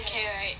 don't care right